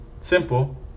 Simple